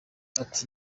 ati